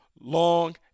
Long